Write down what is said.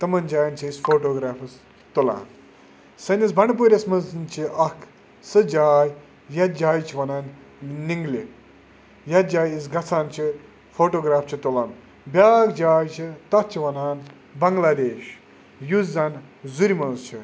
تِمَن جایَن چھِ أسۍ فوٹوگرٛیفٕس تُلان سٲنِس بَنٛڈٕپوٗرِس منٛز چھِ اَکھ سُہ جاے یَتھ جایہِ چھِ وَنان نِنٛگلے یَتھ جایہِ أسۍ گژھان چھِ فوٹوگرٛاف چھِ تُلان بیٛاکھ جاے چھِ تَتھ چھِ وَنان بَنٛگلادیش یُس زَن زُرِ منٛز چھِ